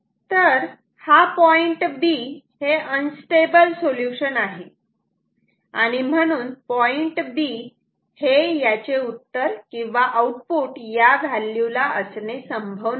तर हा point B हे अनस्टेबल सोल्युशन आहे आणि म्हणून पॉईंट B हे याचे उत्तर किंवा आउटपुट या व्हॅल्यू ला असणे संभव नाही